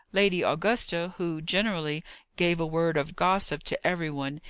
lady augusta, who generally gave a word of gossip to every one,